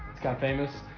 it's got famous.